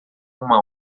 uma